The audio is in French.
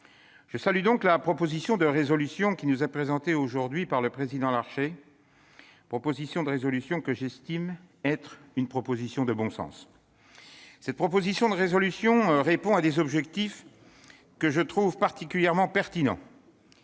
Je salue donc la proposition de résolution qui nous est présentée aujourd'hui par le président Larcher, car j'estime qu'elle est de bon sens. Cette proposition de résolution répond à des objectifs que je trouve particulièrement pertinents.